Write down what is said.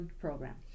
program